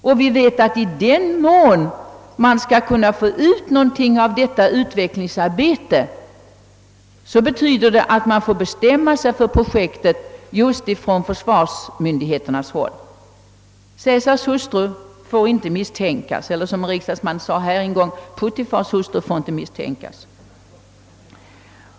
Och vi vet att om man skall kunna få ut något av detta utvecklingsarbete, så är det just försvarsmyndigheterna som skall bestämma sig för projektet. Caesars hustru får inte ens misstänkas — eller, som en riksdagsman sade en gång: Potifars hustru får inte ens misstänkas.